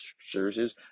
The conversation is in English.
services